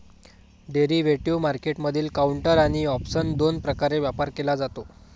derivative मार्केटमधील counter आणि option दोन प्रकारे व्यापार केला जातो